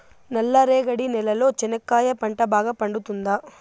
నల్ల రేగడి నేలలో చెనక్కాయ పంట బాగా పండుతుందా?